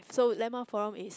so landmark forum is